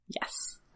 yes